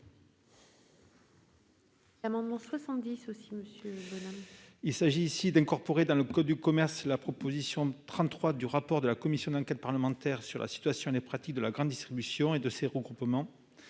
Il s'agit d'incorporer dans le code de commerce la proposition n° 33 du rapport de la commission d'enquête parlementaire sur la situation et les pratiques de la grande distribution et de ses groupements